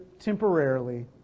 temporarily